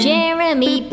Jeremy